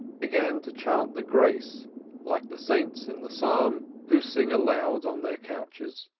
began to chant the grace like the saints in the psalm who sing aloud on their couches.